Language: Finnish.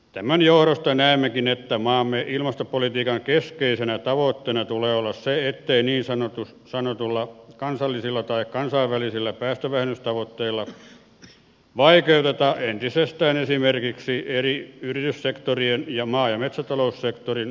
tämän johdosta näemmekin että maamme ilmastopolitiikan keskeisenä tavoitteena tulee olla se ettei niin sanotuilla kansallisilla tai kansainvälisillä päästövähennystavoitteilla vaikeuteta entisestään esimerkiksi eri yrityssektorien ja maa ja metsätaloussektorin toimintaa maassamme